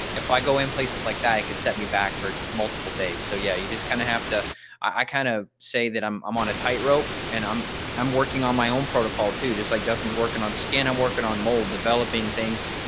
if i go in places like that, it could set me back for multiple days. so, yeah, you just kinda have to i i kind of say that i'm i'm on a tightrope, and i'm i'm working on my own protocol too, just like justin's working on skin, i'm working on mold, developing things,